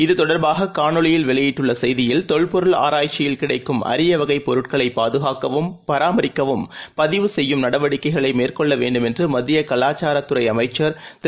இது தொடர்பாககாணொளியில் வெளியிட்டுள்ளசெய்தியில் தொல்பொருள் ஆராய்ச்சியில் கிடைக்கும் அரியவகைபொருட்களைபாதுகாக்கவும் பராமரிக்கவும் பதிவு செய்யும் நடவடிக்கைகளைமேற்கொள்ளவேண்டும் என்றுமத்தியகவாச்சாரதுறைஅமைச்சர் திரு